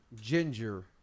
ginger